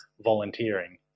volunteering